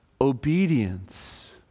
obedience